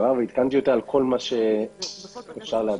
מה שאפשר.